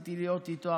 רציתי להיות איתו.